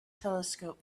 telescope